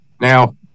Now